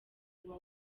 uba